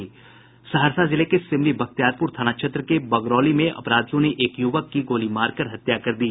सहरसा जिले के सिमरी बख्तियारपुर थाना क्षेत्र के बगरौली में अपराधियों ने एक युवक की गोली मारकर हत्या कर दी